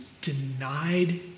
denied